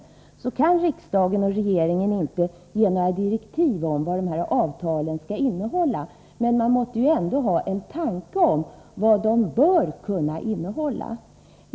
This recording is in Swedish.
Därför kan inte riksdagen och regeringen ge några direktiv om vad avtalen skall innehålla, men man måste ändå kunna ha en tanke om vad de bör innehålla.